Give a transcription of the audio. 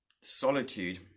solitude